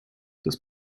des